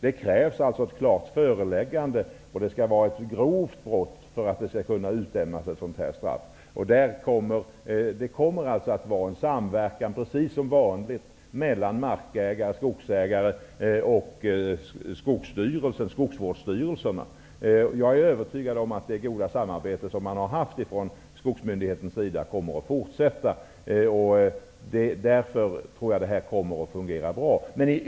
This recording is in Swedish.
Det krävs ett klart föreläggande, och det skall vara ett grovt brott för att det skall kunna utdömas ett sådant straff. Det kommer alltså att vara en samverkan mellan markägare, skogsägare och skogsvårdsstyrelserna, precis som vanligt. Jag är övertygad om att det goda samarbete som man har haft med skogsmyndigheterna kommer att fortsätta. Därför tror jag att detta kommer att fungera bra.